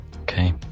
Okay